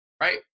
right